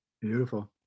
Beautiful